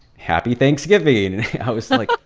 happy thanksgiving. i was like,